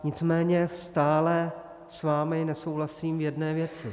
Nicméně stále s vámi nesouhlasím v jedné věci.